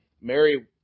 Mary